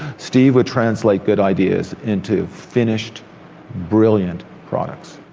steve would translate good ideas into finished brilliant products.